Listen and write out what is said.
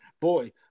Boy